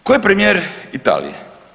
Tko je premijer Italije?